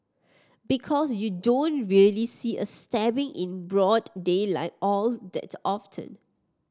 because you don't really see a stabbing in broad daylight all that often